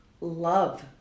love